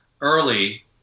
early